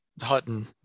Hutton